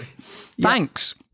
Thanks